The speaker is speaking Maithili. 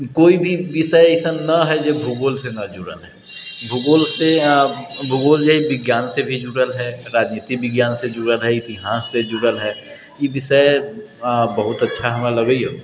कोइ भी विषय अइसन नहि हइ जे भूगोलसँ नहि जुड़ल हइ भूगोलसँ आओर भूगोल जे विज्ञानसँ भी जुड़ल हइ राजनीति विज्ञानसँ जुड़ल हइ इतिहाससँ जुड़ल हइ ई विषय बहुत अच्छा हमरा लगैए